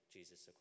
Jesus